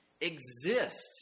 exists